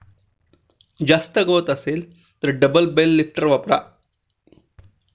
जास्त गवत असेल तर डबल बेल लिफ्टर वापरा